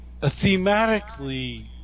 thematically